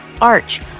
Arch